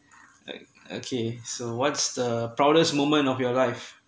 like okay so what's the proudest moment of your life